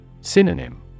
Synonym